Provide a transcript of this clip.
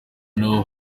naho